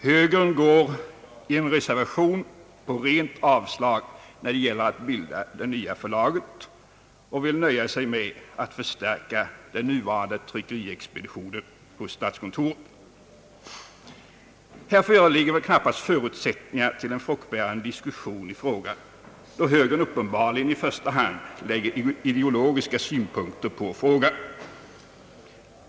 Högern går i en reservation på rent avslag när det gäller att bilda det nya förlaget och vill nöja sig med att förstärka statskontorets nuvarande tryckeriexpedition. Det föreligger knappast förutsättningar för en fruktbärande diskussion i frågan, då högern uppenbarligen i första hand lägger ideologiska synpunkter på frågan.